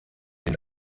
den